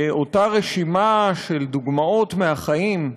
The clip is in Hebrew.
באותה רשימה של דוגמאות מהחיים,